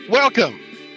Welcome